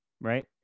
right